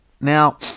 Now